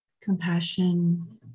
Compassion